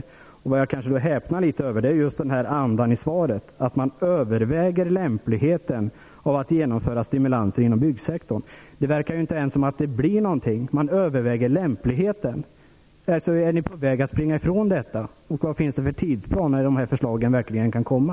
Och det som jag kanske häpnar litet över är andan i svaret, nämligen att man överväger lämpligheten av att genomföra stimulanser inom byggsektorn. Det verkar ju som att det inte ens blir några stimulanser. Man överväger ju lämpligheten. Är ni socialdemokrater på väg att springa ifrån detta. Finns det någon tidsplan över när dessa förslag kan tänkas komma?